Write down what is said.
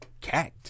cat